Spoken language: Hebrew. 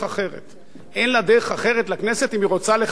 אין לה דרך אחרת לכנסת אם היא רוצה לכבד את עצמה,